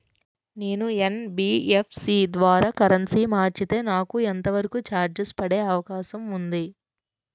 నేను యన్.బి.ఎఫ్.సి ద్వారా కరెన్సీ మార్చితే నాకు ఎంత వరకు చార్జెస్ పడే అవకాశం ఉంది?